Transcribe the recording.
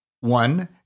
one